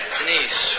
Denise